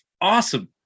awesome